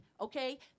okay